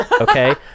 okay